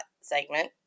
segment